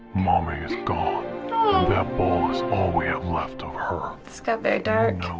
mummy is gone. that ball is all we have left of her. this got very dark.